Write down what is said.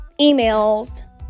emails